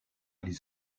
les